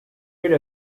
rid